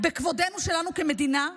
בכבודנו שלנו כמדינה,